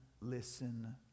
listen